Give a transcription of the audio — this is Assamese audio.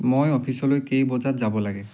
মই অফিচলৈ কেই বজাত যাব লাগে